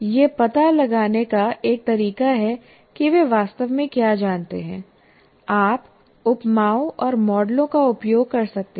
यह पता लगाने का एक तरीका है कि वे वास्तव में क्या जानते हैं आप उपमाओं और मॉडलों का उपयोग कर सकते हैं